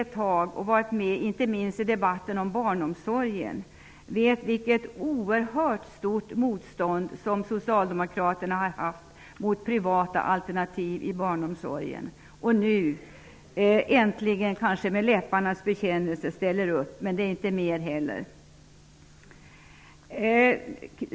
Vi som har varit med i debatten om barnomsorgen vet vilket oerhört stort motstånd socialdemokraterna har gjort mot privata alternativ i barnomsorgen. Nu ställer man äntligen upp för dem med en läpparnas bekännelse, men det är inte mer heller!